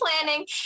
planning